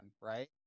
right